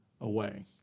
away